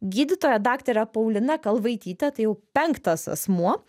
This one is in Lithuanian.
gydytoja daktarė paulina kalvaitytė tai jau penktas asmuo